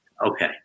Okay